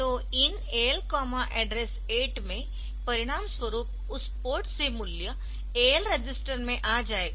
तो IN AL addr 8 में परिणामस्वरूप उस पोर्ट से मूल्य AL रजिस्टर में आ जाएगा